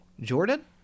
Jordan